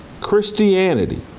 Christianity